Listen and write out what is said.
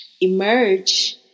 emerge